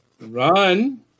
Run